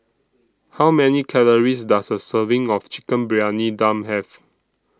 How Many Calories Does A Serving of Chicken Briyani Dum Have